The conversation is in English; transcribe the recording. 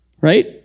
right